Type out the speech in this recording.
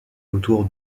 autour